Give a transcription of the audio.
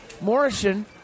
Morrison